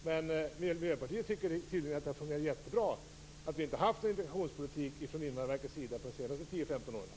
Men Miljöpartiet tycker tydligen att det har fungerat jättebra att vi inte har haft någon integrationspolitik från Invandrarverket de senaste tio femton åren.